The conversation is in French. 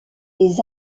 les